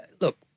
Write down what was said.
Look